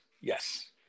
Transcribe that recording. Yes